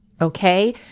okay